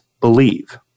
believe